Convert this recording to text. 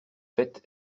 faites